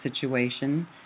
situation